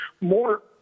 more